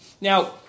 Now